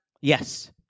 Yes